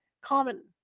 common